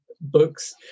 books